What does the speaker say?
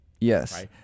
Yes